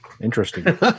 Interesting